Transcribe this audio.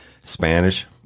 Spanish